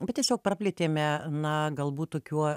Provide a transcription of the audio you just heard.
bet tiesiog praplėtėme na galbūt tokiuo